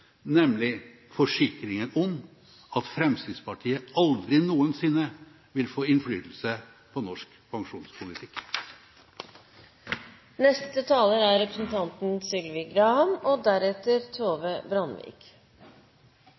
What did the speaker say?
nemlig forsikringen om at Fremskrittspartiet aldri noensinne vil få innflytelse på norsk